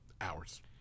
Hours